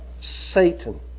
Satan